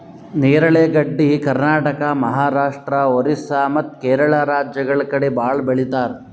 ನೇರಳೆ ಗಡ್ಡಿ ಕರ್ನಾಟಕ, ಮಹಾರಾಷ್ಟ್ರ, ಓರಿಸ್ಸಾ ಮತ್ತ್ ಕೇರಳ ರಾಜ್ಯಗಳ್ ಕಡಿ ಭಾಳ್ ಬೆಳಿತಾರ್